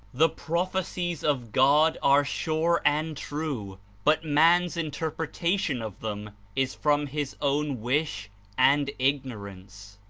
the prophecies of god are sure and true, but man's interpretation of them is from his own wish and ignorance.